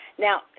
Now